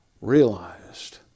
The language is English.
realized